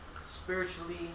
Spiritually